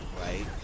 right